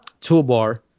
toolbar